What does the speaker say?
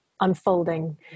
unfolding